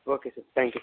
okay sir thank you sir